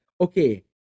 okay